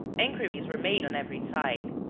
inquiries were made on every side.